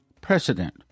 precedent